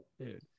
Dude